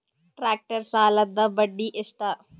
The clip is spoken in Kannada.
ಟ್ಟ್ರ್ಯಾಕ್ಟರ್ ಸಾಲದ್ದ ಬಡ್ಡಿ ಎಷ್ಟ?